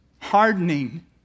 hardening